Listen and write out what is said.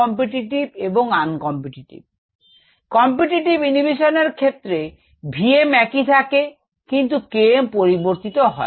competitive inhibition এর ক্ষেত্রে V m একই থাকে কিন্তু K m পরিবর্তিত হয়